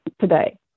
Today